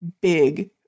big